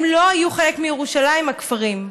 הם לא היו חלק מירושלים, הכפרים.